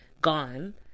gone